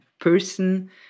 person